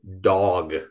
dog